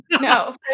No